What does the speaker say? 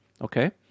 okay